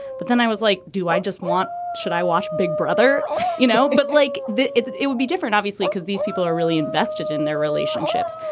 but then i was like do i just want. should i watch big brother you know. but like that it it would be different obviously because these people are really invested in their relationships.